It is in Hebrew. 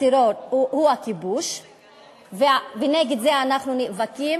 הטרור הוא הכיבוש, ונגד זה אנחנו נאבקים.